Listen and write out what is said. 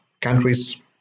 countries